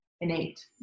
innate